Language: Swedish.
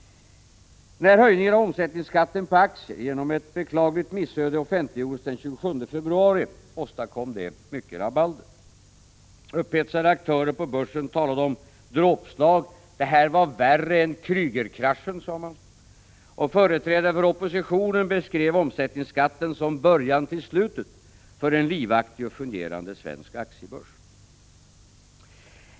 När höjningen av omsättningsskatten på aktier genom ett beklagligt missöde offentliggjordes den 27 februari åstadkom det mycket rabalder. Upphetsade aktörer på börsen talade om dråpslag, värre än Kreugerkraschen, och företrädare för oppositionen beskrev omsättningsskatten som början till slutet för en livaktig och fungerande svensk aktiebörs.